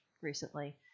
recently